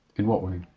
in what way?